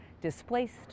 displaced